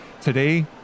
Today